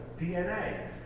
DNA